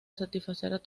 satisfacer